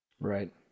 Right